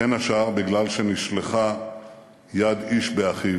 בין השאר בגלל שנשלחה יד איש באחיו.